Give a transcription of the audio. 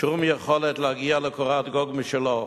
שום יכולת להגיע לקורת גג משלו.